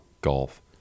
golf